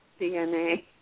DNA